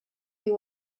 you